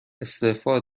استعفا